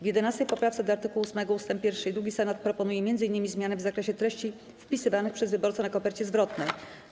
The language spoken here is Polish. W 11. poprawce do art. 8 ust. 1 i 2 Senat proponuje m.in. zmiany w zakresie treści wpisywanych przez wyborcę na kopercie zwrotnej.